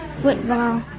Football